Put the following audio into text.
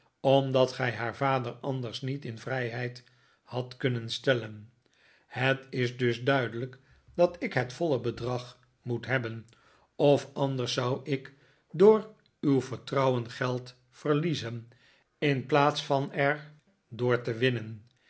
omdat gij haar vader anders niet in vrijheid hadt kunnen stellen het is dus duidelijk dat ik het voile bedrag moet hebben of antlers zou ik door uw vertrouwen geld verliezen in plaats van er door te winnen